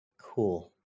Cool